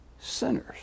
sinners